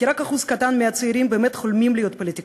כי רק אחוז קטן מהצעירים באמת חולמים להיות פוליטיקאים,